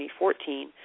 2014